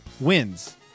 wins